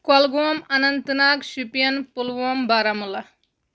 Kulgam Anantnag Shopian Pulwama Baramulla